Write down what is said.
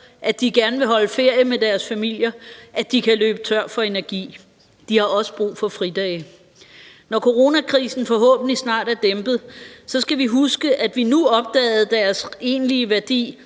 at de gerne vil holde ferie med deres familier, at de kan løbe tør for energi. De har også brug for fridage. Når coronakrisen forhåbentlig snart er dæmpet, skal vi huske, at vi nu opdagede deres